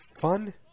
fun